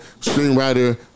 Screenwriter